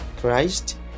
Christ